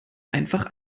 einfach